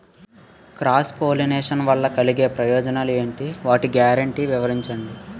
Cross pollination వలన కలిగే ప్రయోజనాలు ఎంటి? వాటి గ్యారంటీ వివరించండి?